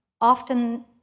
often